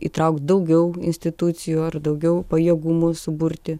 įtraukt daugiau institucijų ar daugiau pajėgumų suburti